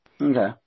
Okay